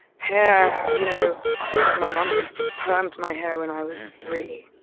hair you know, i think my mom permed my hair when i was three.